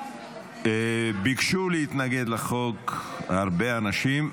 ביקשו להתנגד לחוק הרבה אנשים.